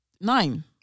nine